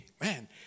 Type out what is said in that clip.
man